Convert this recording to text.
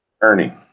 Ernie